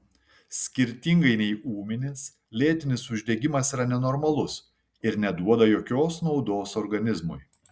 skirtingai nei ūminis lėtinis uždegimas yra nenormalus ir neduoda jokios naudos organizmui